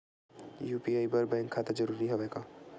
UPI बर bank खाता जरूरी हवय का?